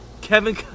Kevin